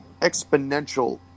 exponential